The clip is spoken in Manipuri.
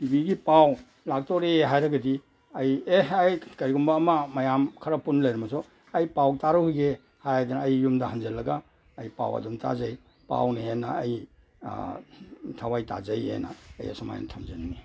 ꯇꯤ ꯚꯤꯒꯤ ꯄꯥꯎ ꯂꯥꯛꯇꯣꯔꯦ ꯍꯥꯏꯔꯒꯗꯤ ꯑꯩ ꯑꯦ ꯑꯩ ꯀꯔꯤꯒꯨꯝꯕ ꯑꯃ ꯃꯌꯥꯝ ꯈꯔ ꯄꯨꯟ ꯂꯩꯔꯝꯃꯁꯨ ꯑꯩ ꯄꯥꯎ ꯇꯥꯔꯨꯒꯤꯒꯦ ꯍꯥꯏꯔꯗꯅ ꯑꯩ ꯌꯨꯝꯗ ꯍꯟꯖꯟꯂꯒ ꯑꯩ ꯄꯥꯎ ꯑꯗꯨꯝ ꯇꯥꯖꯩ ꯄꯥꯎꯅ ꯍꯦꯟꯅ ꯑꯩ ꯊꯥꯋꯥꯏ ꯇꯥꯖꯩꯑꯅ ꯑꯩ ꯑꯁꯨꯃꯥꯏꯅ ꯊꯝꯖꯅꯤꯡꯏ